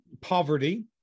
poverty